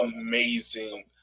amazing